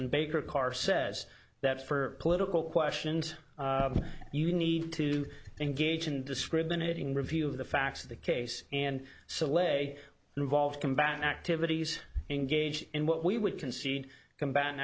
and baker carr says that for political questions you need to engage in discriminating review of the facts of the case and so leg involved combat activities engage in what we would concede combat